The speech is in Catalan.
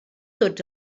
tots